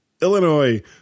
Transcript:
Illinois